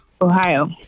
Ohio